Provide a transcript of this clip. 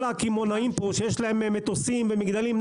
כל הקמעונאים פה שיש להם מטוסים ומגדלים,